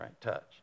touch